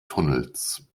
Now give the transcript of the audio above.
tunnels